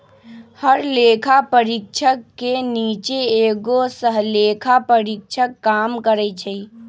हर लेखा परीक्षक के नीचे एगो सहलेखा परीक्षक काम करई छई